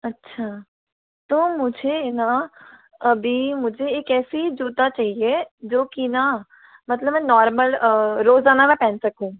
अच्छा तो मुझे न अभी मुझे एक ऐसी जूता चाहिए जो कि न मतलब नॉर्मल रोज़ाना में पहन सकूँ